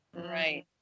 Right